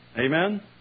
Amen